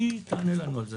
היא תענה לנו על זה.